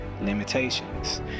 limitations